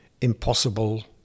impossible